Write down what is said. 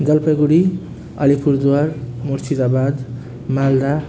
Jalpaiguri Alipurduar Murshidabad Malda